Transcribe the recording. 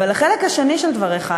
אבל החלק השני של דבריך,